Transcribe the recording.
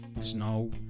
snow